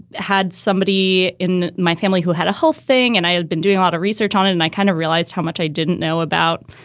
had somebody in my family who had a whole thing and i had been doing a lot of research on it. and i kind of realized how much i didn't know about,